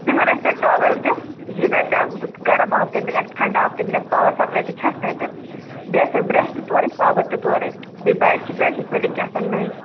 یِمَن آسہِ تَتہِ ٹاویٚل تہِ گیزَر تہِ گَرَم آب تہِ میلیٚکھ ٹھنٛڈ آب تہِ میلیٚکھ پاوَر سَپلاے تہِ چھَکھ تَتہِ بیٚیہِ آسیٚکھ برٛیٚش تہِ تورے صابَن تہِ تورے بیٚیہِ بیٚڈ شیٖٹ ویٚڈ شیٖٹ سٲلِم کیٚنٛہہ آسَن نٔے